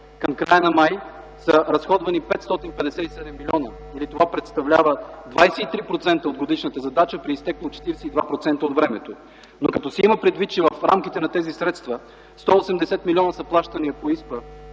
към края на м. май са разходвани 557 млн. или това представлява 23% от годишната задача при изтекло 42% от времето. Но като се има предвид, че в рамките на тези средства 180 млн. са плащания по